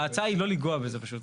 ההצעה היא לא לגעת בזה פשוט.